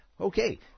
Okay